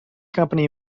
company